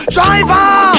Driver